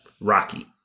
Rocky